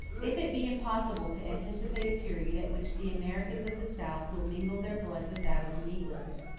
if it be impossible to anticipate a period at which the americans of the south will mingle their blood with that of the negroes,